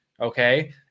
Okay